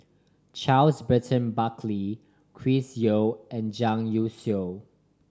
Charles Burton Buckley Chris Yeo and Zhang Youshuo